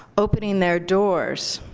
opening their doors